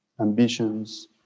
ambitions